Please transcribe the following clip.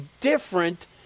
different